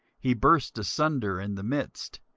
he burst asunder in the midst,